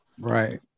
right